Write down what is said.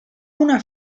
una